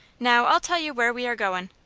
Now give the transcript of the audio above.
now, i'll tell you where we are goin'.